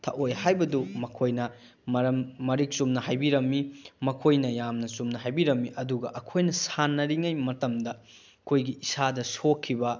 ꯊꯛꯑꯣꯏ ꯍꯥꯏꯕꯗꯨ ꯃꯈꯣꯏꯅ ꯃꯔꯝ ꯃꯔꯤꯛ ꯆꯨꯝꯅ ꯍꯥꯏꯕꯤꯔꯝꯃꯤ ꯃꯈꯣꯏꯅ ꯌꯥꯝꯅ ꯆꯨꯝꯅ ꯍꯥꯏꯕꯤꯔꯝꯃꯤ ꯑꯗꯨꯒ ꯑꯩꯈꯣꯏꯅ ꯁꯥꯟꯅꯔꯤꯉꯩ ꯃꯇꯝꯗ ꯑꯩꯈꯣꯏꯒꯤ ꯏꯁꯥꯗ ꯁꯣꯛꯈꯤꯕ